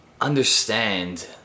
understand